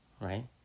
right